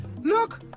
Look